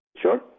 Sure